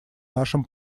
нашем